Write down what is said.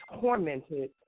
tormented